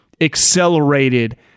accelerated